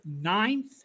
ninth